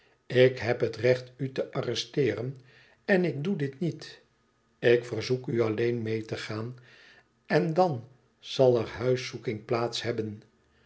ik heb het recht u te arresteeren en ik doe dit niet ik verzoek u alleen meê te gaan en dan zal er huiszoeking plaats hebben